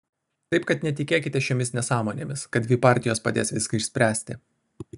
taip kad netikėkite šiomis nesąmonėmis kad dvi partijos padės viską išspręsti